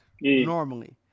normally